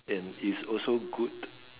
and is also good